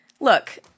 Look